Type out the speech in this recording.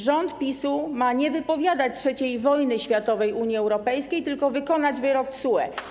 Rząd PiS-u ma nie wypowiadać III wojny światowej Unii Europejskiej, tylko wykonać wyrok TSUE.